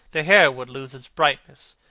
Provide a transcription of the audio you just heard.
the hair would lose its brightness,